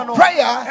prayer